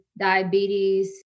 diabetes